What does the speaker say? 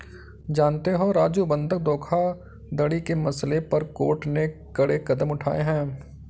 जानते हो राजू बंधक धोखाधड़ी के मसले पर कोर्ट ने कड़े कदम उठाए हैं